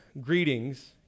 greetings